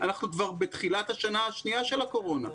אנחנו כבר בתחילת השנה השנייה של הקורונה.